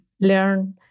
learn